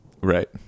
Right